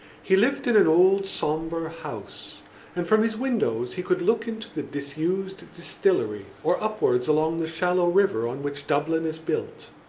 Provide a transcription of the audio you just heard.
he lived in an old sombre house and from his windows he could look into the disused distillery or upwards along the shallow river on which dublin is built.